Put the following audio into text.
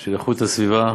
של איכות הסביבה.